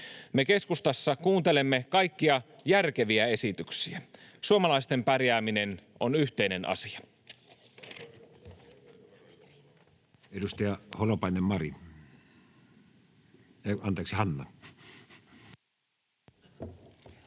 Me keskustassa kuuntelemme kaikkia järkeviä esityksiä. Suomalaisten pärjääminen on yhteinen asia.